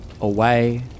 away